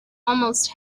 almost